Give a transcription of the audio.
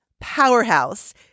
powerhouse